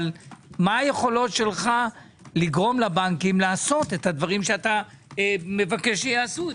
אבל מה היכולות שלך לגרום לבנקים לעשות את הדברים שאתה מבקש שיעשו,